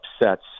upsets